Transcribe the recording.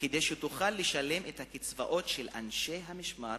כדי שתוכל לשלם את הקצבאות של אנשי המשמר